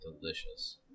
Delicious